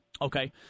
Okay